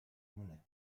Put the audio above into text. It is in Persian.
مونه